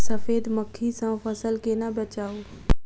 सफेद मक्खी सँ फसल केना बचाऊ?